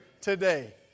today